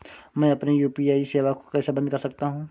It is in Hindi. मैं अपनी यू.पी.आई सेवा को कैसे बंद कर सकता हूँ?